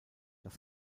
das